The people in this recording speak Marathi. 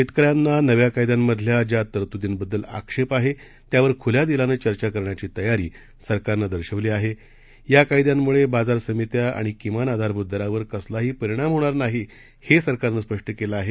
शेतकऱ्यांना नव्या कायद्यांमधल्या ज्या तरतूदींबद्दल आक्षेप आहे त्यावर खुल्या दिलानं चर्चा करण्याची तयारी सरकारनं दर्शवली आहे या कायद्यांमुळे बाजार समित्या आणि किमान आधारभूत दरावर कसलाही परिणाम होणार नाही हे सरकारनं स्पष्ट केलं आहे